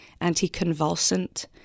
anticonvulsant